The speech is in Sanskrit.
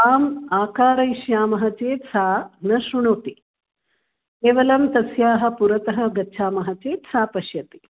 आम् आकारयिष्यामः चेत् सा न श्रृणोति केवलं तस्याः पुरतः गच्छामः चेत् सा पश्यति